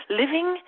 living